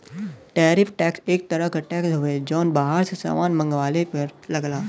tariff tax एक तरह क टैक्स हउवे जौन बाहर से सामान मंगवले पर लगला